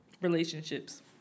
relationships